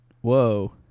Whoa